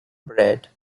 bread